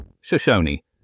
Shoshone